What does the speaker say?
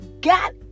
got